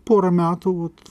pora metų vat